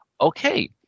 okay